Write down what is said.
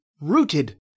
rooted